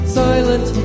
silent